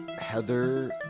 Heather